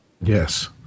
Yes